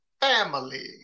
family